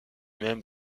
même